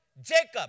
Jacob